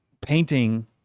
painting